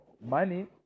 money